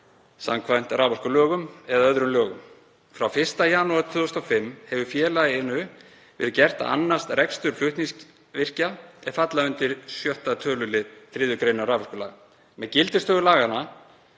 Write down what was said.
samkvæmt raforkulögum eða öðrum lögum. Frá 1. janúar 2005 hefur félaginu verið gert að annast rekstur flutningsvirkja er falla undir 6. tölulið 3. gr. raforkulaga.